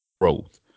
growth